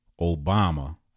Obama